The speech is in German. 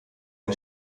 ein